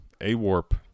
A-Warp